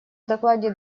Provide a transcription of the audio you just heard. докладе